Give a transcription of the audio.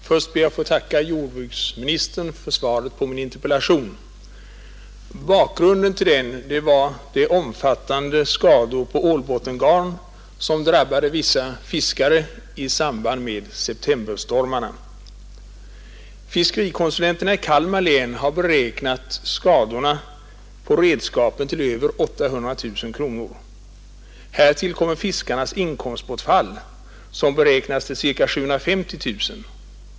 Herr talman! Först ber jag att få tacka jordbruksministern för svaret på min interpellation. Bakgrunden till den var de omfattande skador på ålbottengarn som drabbade vissa fiskare i samband med septemberstormarna. Fiskerikonsulenterna i Kalmar län har beräknat skadorna på redskapen till över 800 000 kronor. Härtill kommer fiskarnas inkomstbortfall som beräknas till ca 750 000 kronor.